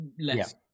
less